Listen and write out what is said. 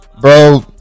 bro